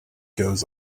goes